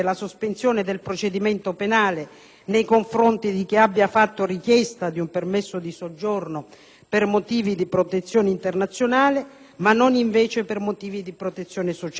nei confronti di chi abbia fatto richiesta di un permesso di soggiorno per motivi di protezione internazionale, ma non invece per motivi di protezione sociale (come può avvenire, per esempio, per le vittime della tratta).